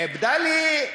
בדאלי,